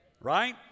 Right